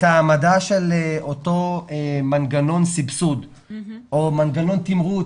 את ההעמדה של אותו מנגנון סבסוד או מנגנון תמרוץ,